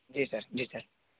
जी sir जी sir